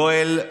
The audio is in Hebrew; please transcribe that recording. יואל,